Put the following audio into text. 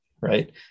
right